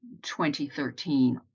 2013